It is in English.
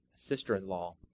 sister-in-law